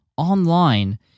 online